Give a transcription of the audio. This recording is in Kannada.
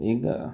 ಈಗ